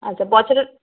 আচ্ছা বছরের